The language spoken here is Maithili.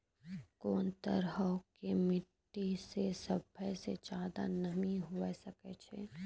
कोन तरहो के मट्टी मे सभ्भे से ज्यादे नमी हुये सकै छै?